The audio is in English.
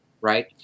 right